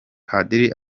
padiri